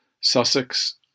Sussex